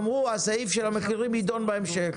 אמרו שסעיף המחירים יידון בהמשך.